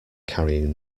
carrying